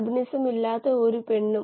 പിന്നെ നമുക്ക് ഒരു പ്രശ്നവും